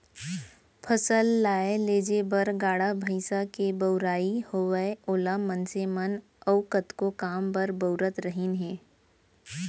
फसल लाए लेजे बर गाड़ा भईंसा के बउराई होवय ओला मनसे मन अउ कतको काम बर बउरत रहिन हें